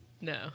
No